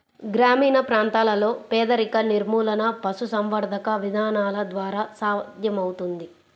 గ్రామీణ ప్రాంతాలలో పేదరిక నిర్మూలన పశుసంవర్ధక విధానాల ద్వారా సాధ్యమవుతుంది